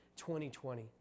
2020